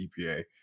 EPA